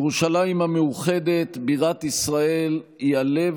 ירושלים המאוחדת בירת ישראל היא הלב